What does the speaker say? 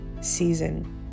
season